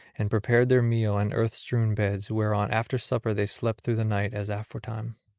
and prepared their meal and earth-strewn beds, whereon after supper they slept through the night as aforetime.